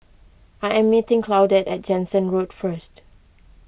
I am meeting Claudette at Jansen Road first